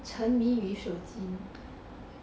沉迷于手机